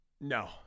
No